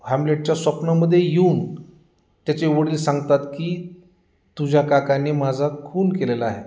हॅम्लेटच्या स्वप्नामध्ये येऊन त्याचे वडील सांगतात की तुझ्या काकाने माझा खुन केलेला आहे